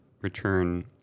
return